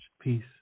peace